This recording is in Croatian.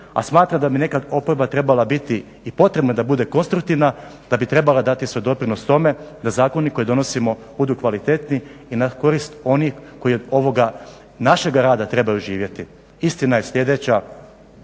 a smatram da bi neka oporba trebala biti i potreba da bude konstruktivna, da bi trebala dati svoj doprinos tome da zakoni koje donosimo budu kvalitetni i na korist onih koji od ovoga našega rada trebaju živjeti. Istina je sljedeća,